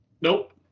Nope